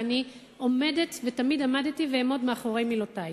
ואני עומדת ותמיד עמדתי ואעמוד מאחורי מילותי,